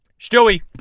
Stewie